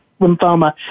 lymphoma